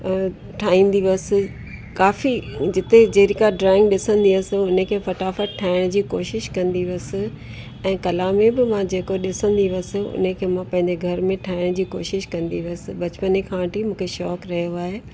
ठाईंदी हुअसि काफ़ी जिते जहिड़ी का ड्रॉइंग ॾिसंदी हुअसि हुनखे फ़टाफ़ट ठाहिण जी कोशिश कंदी हुअसि ऐं कला में बि मां जेको ॾिसंदी हुअसि हुनखे मां पंहिंजे घर में ठाहिण जी कोशिश कंदी हुअसि बचपने खां वठी मूंखे शौक़ु रहियो आहे ऐं